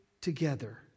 together